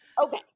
Okay